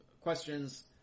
questions